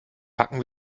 packen